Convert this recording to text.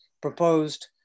proposed